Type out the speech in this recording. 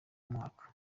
umwaka